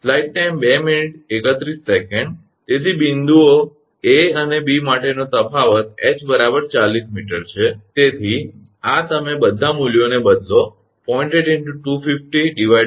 તેથી બિંદુઓ 𝐴 અને 𝐵 માટેનો તફાવત ℎ 40 𝑚 છે તેથી આ તમે બધા મૂલ્યોને બદલો 0